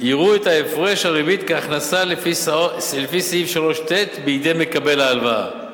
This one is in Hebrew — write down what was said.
יראו את הפרש הריבית כהכנסה לפי סעיף 3(ט) בידי מקבל ההלוואה.